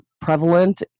prevalent